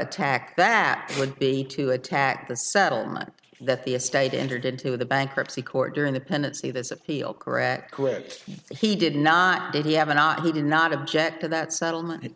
attack that would be to attack the settlement that the estate entered into the bankruptcy court during the pendency of this appeal correct quit he did not did he have an art he did not object to that settlement